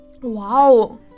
Wow